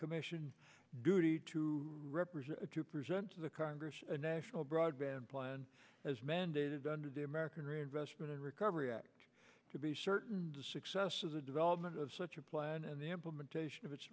commission duty to represent to present to the congress a national broadband plan as mandated under the american reinvestment and recovery act to be certain the success of the development of such a plan and the implementation of its